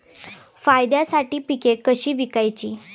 फायद्यासाठी पिके कशी विकायची?